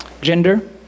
gender